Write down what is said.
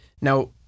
Now